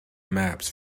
maps